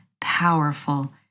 powerful